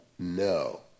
No